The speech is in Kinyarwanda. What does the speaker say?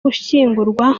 gushyingurwa